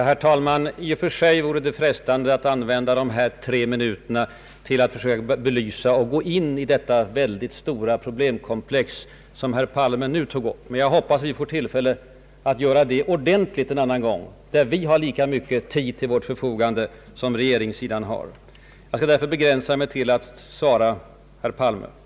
Herr talman! I och för sig vore det frestande att använda mina tre minu ter till att försöka belysa och gå in på det stora problemkomplex som herr Palme nyss tog upp. Jag hoppas att vi får en ordentlig debatt en annan gång, då oppositionen har lika mycket tid till förfogande som regeringssidan har. Jag skall därför nu begränsa mig till att svara på herr Palmes frågor.